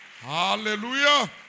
hallelujah